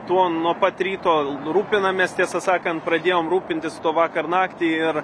tuo nuo pat ryto rūpinamės tiesą sakant pradėjom rūpintis tuo vakar naktį ir